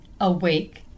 awake